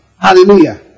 Hallelujah